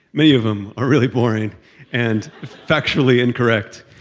many of them are really boring and factually incorrect.